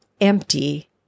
Empty